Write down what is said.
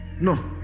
No